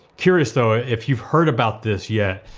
curious, though, if you've heard about this yet,